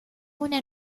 una